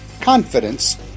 confidence